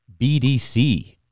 BDC